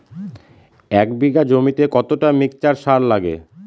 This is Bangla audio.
এক বিঘা জমিতে কতটা মিক্সচার সার লাগে?